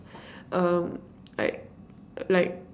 um like like